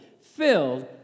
filled